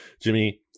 Jimmy